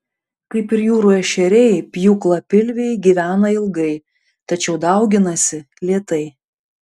kaip ir jūrų ešeriai pjūklapilviai gyvena ilgai tačiau dauginasi lėtai